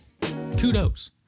kudos